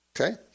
Okay